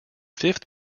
fifth